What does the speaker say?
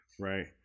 right